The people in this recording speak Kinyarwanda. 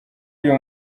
uyu